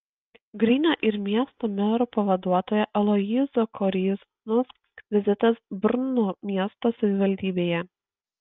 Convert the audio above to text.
grinio ir miesto mero pavaduotojo aloyzo koryznos vizitas brno miesto savivaldybėje